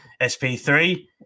SP3